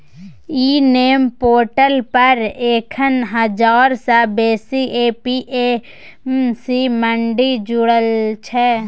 इ NAM portal पर एखन हजार सँ बेसी ए.पी.एम.सी मंडी जुरल छै